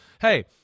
hey